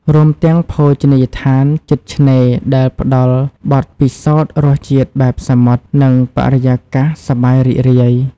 រួមទាំងភោជនីយដ្ឋានជិតឆ្នេរ ដែលផ្តល់បទពិសោធន៍រសជាតិបែបសមុទ្រ និងបរិយាកាសសប្បាយរីករាយ។